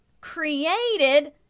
created